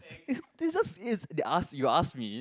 is they just is they ask you ask me